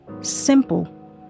simple